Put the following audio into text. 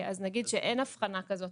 אז נגיד שאין אבחנה כזאת